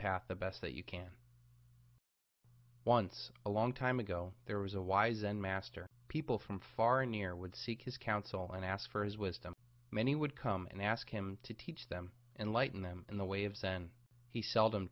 path the best that you can once a long time ago there was a wise and master people from far and near would seek his counsel and ask for his wisdom many would come and ask him to teach them and lighten them in the way of sen he seldom